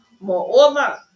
Moreover